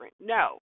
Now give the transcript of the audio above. No